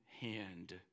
hand